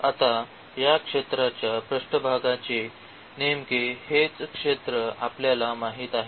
आणि या क्षेत्राच्या पृष्ठभागाचे नेमके हेच क्षेत्र आपल्याला माहित आहे